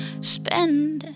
spend